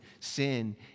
sin